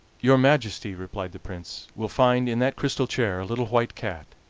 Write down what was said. your majesty, replied the prince, will find in that crystal chair a little white cat,